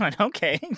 okay